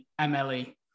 MLE